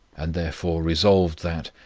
and therefore resolved, that,